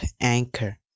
Anchor